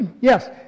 yes